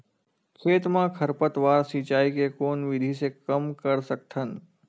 खेत म खरपतवार सिंचाई के कोन विधि से कम कर सकथन?